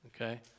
okay